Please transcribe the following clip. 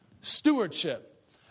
Stewardship